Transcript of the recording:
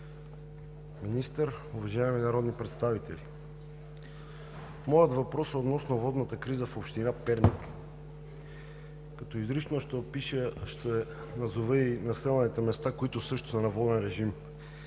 министър, уважаеми народни представители! Моят въпрос е относно водната криза в община Перник, като изрично ще назова и населените места, които също са на воден режим: